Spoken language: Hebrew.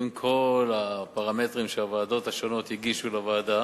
עם כל הפרמטרים שהוועדות השונות הגישו לוועדה,